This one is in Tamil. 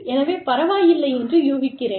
எனவே பரவாயில்லை என்று யூகிக்கிறேன்